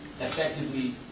effectively